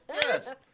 Yes